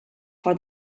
for